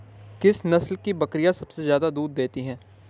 किस नस्ल की बकरीयां सबसे ज्यादा दूध देती हैं?